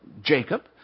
jacob